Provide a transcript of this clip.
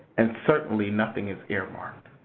and certainly nothing is earmarked.